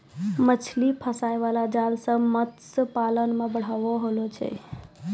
मछली फसाय बाला जाल से मतस्य पालन मे बढ़ाबा होलो छै